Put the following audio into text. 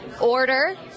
Order